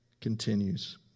continues